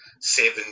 seven